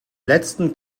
letzten